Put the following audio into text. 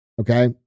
Okay